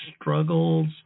struggles